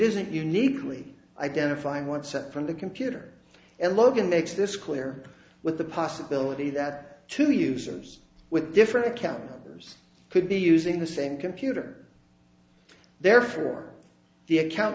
isn't uniquely identify oneself from the computer and logan makes this clear with the possibility that two users with different account numbers could be using the same computer therefore the account